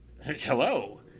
Hello